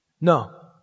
No